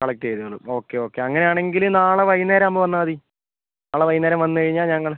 collect ചെയ്തോളും okay okay അങ്ങനെ ആണെങ്കിൽ നാളെ വൈകുന്നേരം ആവുമ്പോൾ വന്നാൽ മതി നാളെ വൈകുന്നേരം വന്ന് കഴിഞ്ഞാൽ ഞങ്ങൾ